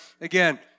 again